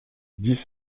dix